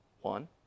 one